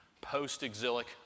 post-exilic